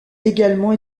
également